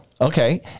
Okay